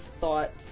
thoughts